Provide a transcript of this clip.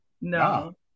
no